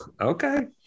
okay